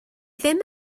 ddim